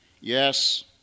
Yes